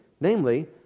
namely